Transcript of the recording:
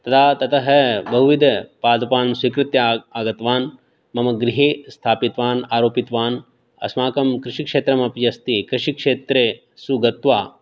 तदा ततः बहुविधपादपान् स्कीकृत्य आगतवान् मम गृहे स्थापितवान् आरोपितवान् अस्माकं कृषिक्षेत्रमपि अस्ति कृषिक्षेत्रेषु गत्वा